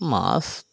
মাছ